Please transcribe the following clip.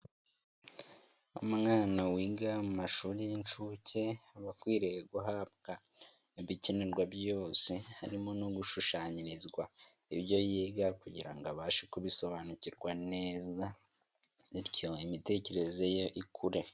Umwana wiga mu mashuri y'inshuke, abakwiriye guhabwa ibikenerwa byose harimo no gushushanyirizwa ibyo yiga kugira ngo abashe kubisobanukirwa neza, bityo imitekerereze ye ikure.